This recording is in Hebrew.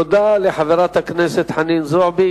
תודה לחברת הכנסת חנין זועבי.